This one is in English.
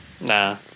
Nah